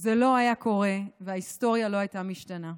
זה לא היה קורה וההיסטוריה לא הייתה משתנה.